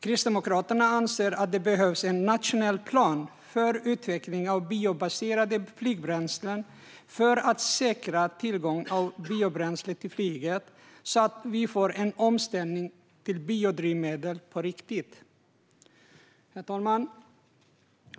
Kristdemokraterna anser att det behövs en nationell plan för utveckling av biobaserade flygbränslen för att säkra tillgången till biobränsle till flyget, så att vi får en omställning till biodrivmedel på riktigt. Herr talman!